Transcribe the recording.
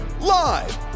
Live